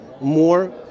more